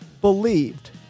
believed